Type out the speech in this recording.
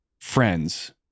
friends